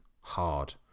hard